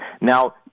Now